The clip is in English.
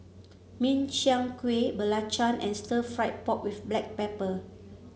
Min Chiang Kueh belacan and Stir Fried Pork with Black Pepper